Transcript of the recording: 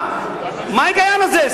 מה ההיגיון בזה,